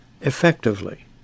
effectively